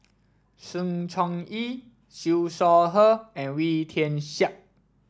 Sng Choon Yee Siew Shaw Her and Wee Tian Siak